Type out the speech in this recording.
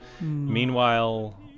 meanwhile